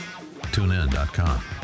TuneIn.com